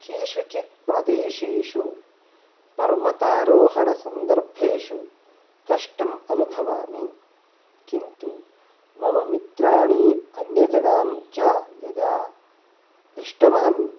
केषुचित् प्रदेशेषु पर्वतारोहणसन्दर्भेषु कष्टम् अनुभवामि किन्तु मम मित्राणि अन्यजनान् च यदा दृष्टवान्